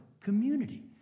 community